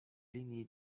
linii